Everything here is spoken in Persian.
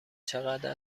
چقدر